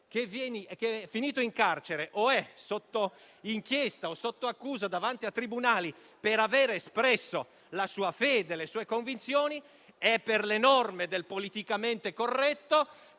finito in carcere o sotto inchiesta o sotto accusa davanti a tribunali per aver espresso la sua fede e le sue convinzioni è per le norme del politicamente corretto,